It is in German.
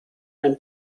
ein